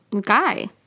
guy